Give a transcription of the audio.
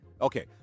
Okay